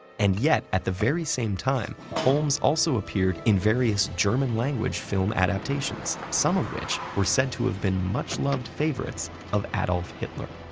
and yet, at the very same time, holmes also appeared in various german-language film adaptations, some of which were said to have been much-loved favorites of adolf hitler.